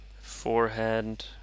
Forehead